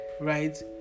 right